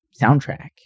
soundtrack